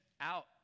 out